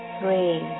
Three